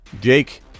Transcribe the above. Jake